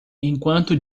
enquanto